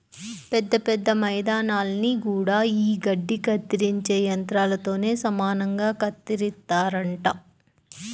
పెద్ద పెద్ద మైదానాల్ని గూడా యీ గడ్డి కత్తిరించే యంత్రాలతోనే సమానంగా కత్తిరిత్తారంట